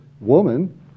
woman